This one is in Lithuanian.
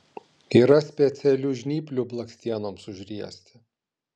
yra specialių žnyplių blakstienoms užriesti